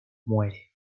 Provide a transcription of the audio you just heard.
muere